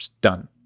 done